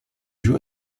joues